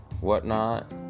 whatnot